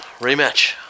rematch